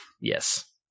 Yes